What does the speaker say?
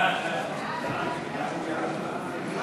הצעת חוק יסודות התקציב (תיקון,